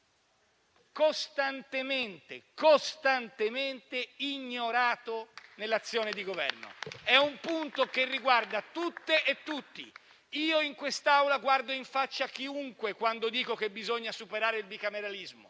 costantemente - ignorato nell'azione di Governo. È un punto che riguarda tutte e tutti. Io in questa Aula guardo in faccia chiunque quando dico che bisogna superare il bicameralismo.